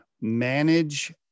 Manage